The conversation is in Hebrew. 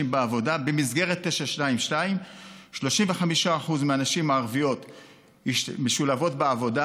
בעבודה במסגרת 922. 35% מהנשים הערביות משולבות בעבודה.